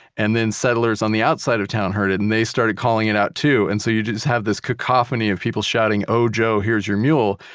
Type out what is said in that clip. and then settlers on the outside of town heard it, and they started calling it out too. and so you just have this cacophony of people shouting oh joe, here's your mule.